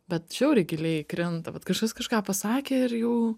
bet žiauriai giliai įkrinta vat kažkas kažką pasakė ir jų